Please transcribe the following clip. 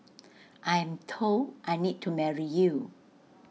I'm told I need to marry you